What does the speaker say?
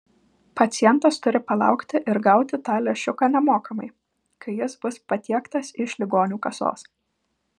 pacientas turi palaukti ir gauti tą lęšiuką nemokamai kai jis bus patiektas iš ligonių kasos